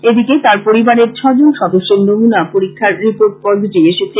এদিকে তার পরিবারের ছজন সদস্যের নমুনা পরীক্ষার রির্পোট পজিটিভ এসেছে